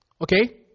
Okay